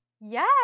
Yes